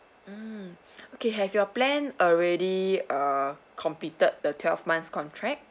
mm mm okay have your plan already uh completed the twelve months contract